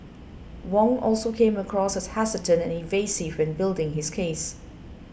Wong also came across as hesitant and evasive when building his case